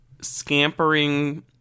scampering